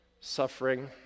suffering